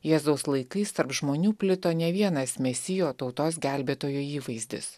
jėzaus laikais tarp žmonių plito ne vienas mesijo tautos gelbėtojo įvaizdis